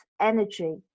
energy